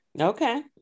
Okay